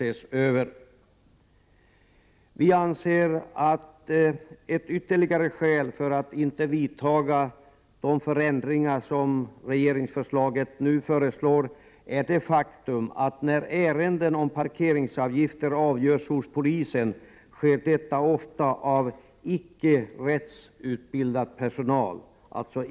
Ett ytterligare skäl för att inte vidta de förändringar som i propositionen nu föreslås är det faktum att när ärenden om parkeringsavgifter avgörs hos polisen sker detta ofta av icke rättsutbildad personal.